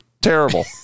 terrible